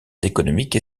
économiques